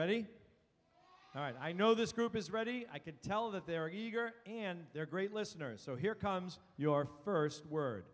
ready all right i know this group is ready i could tell that they're eager and they're great listeners so here comes your first word